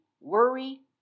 worry